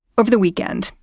over the weekend,